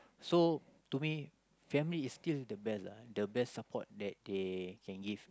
so to me family is still the best lah the best support that they can give